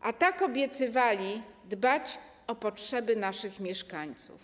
a tak obiecywali dbać o potrzeby naszych mieszkańców.